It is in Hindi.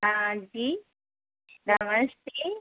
हाँ जी नमस्ते